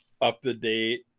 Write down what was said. up-to-date